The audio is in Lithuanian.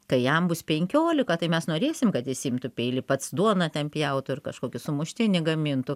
kai jam bus penkiolika tai mes norėsim kad jis imtų peilį pats duoną ten pjautų ar kažkokį sumuštinį gamintų